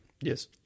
Yes